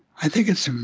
i think it's